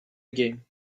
game